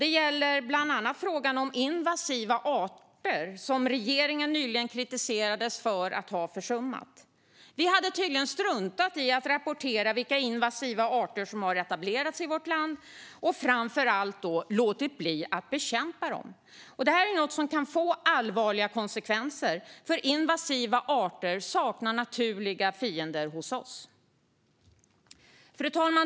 Det gäller bland annat frågan om invasiva arter, som regeringen nyligen kritiserades för att ha försummat. Vi har tydligen struntat i att rapportera vilka invasiva arter som har etablerats i vårt land och framför allt låtit bli att bekämpa dem. Det är något som kan få allvarliga konsekvenser, för invasiva arter saknar naturliga fiender hos oss. Fru talman!